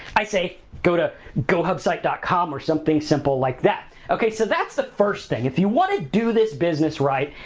i say go to gohubsite dot com or something simple like that. okay, so that's the first thing, if you wanna do this business right,